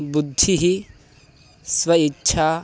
बुद्धिः स्वेच्छा